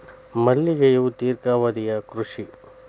ಮಲ್ಲಿಗೆಯು ದೇರ್ಘಾವಧಿಯ ಕೃಷಿ